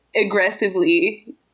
aggressively